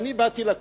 ואני באתי לקורס.